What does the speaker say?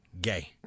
gay